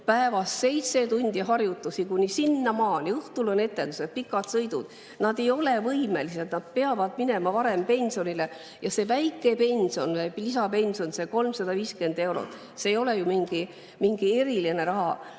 päevas seitse tundi harjutusi kuni sinnamaani, õhtul on etendused, pikad sõidud. Nad ei ole võimelised [kauem töötama], nad peavad minema varem pensionile. See väike pension, lisapension, 350 eurot, ei ole ju mingi eriline raha.